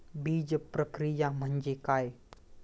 बीजप्रक्रिया म्हणजे काय?